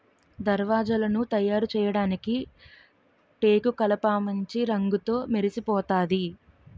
దర్వాజలను తయారుచేయడానికి టేకుకలపమాంచి రంగుతో మెరిసిపోతాది